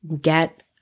get